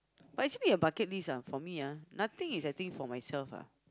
but actually ah bucket list ah for me ah nothing is I think for myself ah